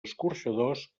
escorxadors